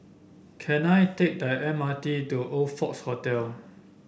can I take the M R T to Oxford Hotel